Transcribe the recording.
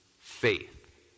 faith